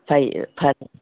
ꯐꯩ ꯐꯩ